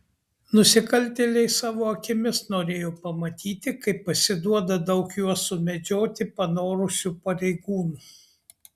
nusikaltėliai savo akimis norėjo pamatyti kaip pasiduoda daug juos sumedžioti panorusių pareigūnų